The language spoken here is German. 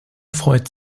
freut